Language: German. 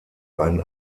ein